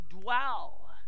dwell